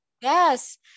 Yes